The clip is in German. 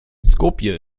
skopje